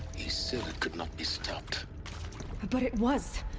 he said it could not be stopped but it was.